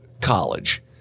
college